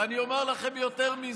ואני אומר לכם יותר מזה,